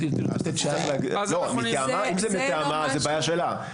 אם זה מטעמה זה בעיה שלה.